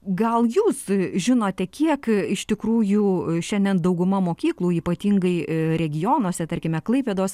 gal jūs žinote kiek iš tikrųjų šiandien dauguma mokyklų ypatingai regionuose tarkime klaipėdos